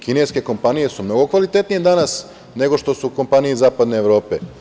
Kineske kompanije su mnogo kvalitetnije danas, nego što su kompanije iz zapadne Evrope.